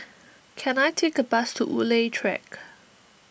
can I take a bus to Woodleigh Track